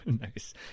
Nice